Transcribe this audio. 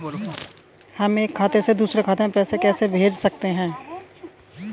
हम एक खाते से दूसरे खाते में पैसे कैसे भेज सकते हैं?